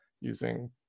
using